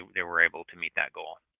they were able to meet that goal.